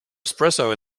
espresso